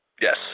Yes